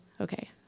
okay